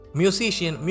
musician